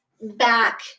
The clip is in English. back